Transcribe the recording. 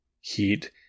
heat